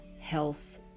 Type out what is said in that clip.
health